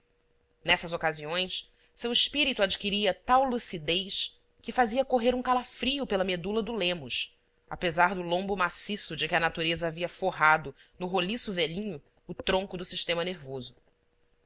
nessas ocasiões seu espírito adquiria tal lucidez que fazia correr um calafrio pela medula do lemos apesar do lombo maciço de que a natureza havia forrado no roliço velhinho o tronco do sistema nervoso